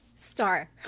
Star